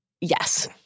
Yes